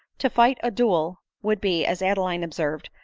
to fight a duel, would be, as adeline observed,